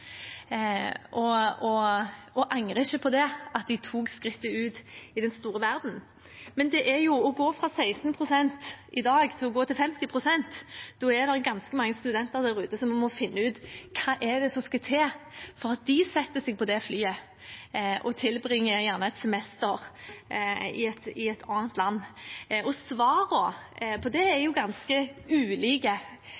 tatt, og de angrer ikke på at de tok skrittet ut i den store verden. Men for å gå fra 16 pst. i dag til 50 pst., er det ganske mange studenter der ute som må finne ut hva det er som skal til for at de setter seg på flyet og tilbringer et semester i et annet land. Svarene på det er